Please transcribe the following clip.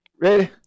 Ready